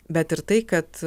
bet ir tai kad